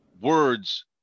words